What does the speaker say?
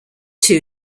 two